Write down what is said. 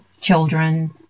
children